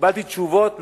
וקיבלתי תשובות מקוממות.